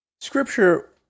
Scripture